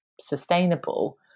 sustainable